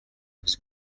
was